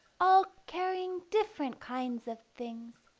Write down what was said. all carrying different kinds of things,